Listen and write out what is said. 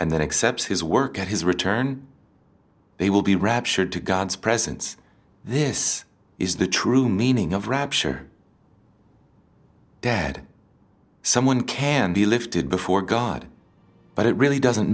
and then accept his work at his return they will be raptured to god's presence this is the true meaning of rapture dad someone can be lifted before god but it really doesn't